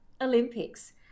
Olympics